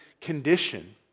condition